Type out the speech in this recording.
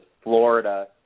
Florida